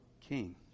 king